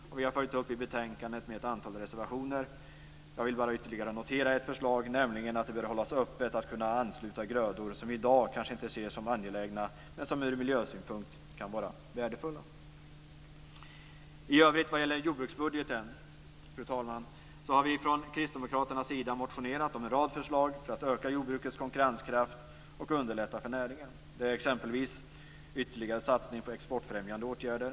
Och vi har följt upp med ett antal reservationer i betänkandet. Jag vill bara ytterligare notera ett förslag, nämligen att det bör hållas öppet för att man ska kunna ansluta grödor som vi i dag kanske inte ser som angelägna men som ur miljösynpunkt kan vara värdefulla. Fru talman! I övrigt vad gäller jordbruksbudgeten har vi från kristdemokraternas sida motionerat om en rad förslag för att öka jordbrukets konkurrenskraft och för att underlätta för näringen. Det handlar t.ex. om en ytterligare satsning på exportfrämjande åtgärder.